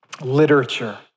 literature